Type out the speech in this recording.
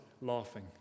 laughing